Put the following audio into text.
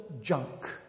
junk